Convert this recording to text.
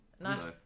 Nice